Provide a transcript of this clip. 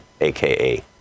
aka